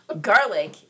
Garlic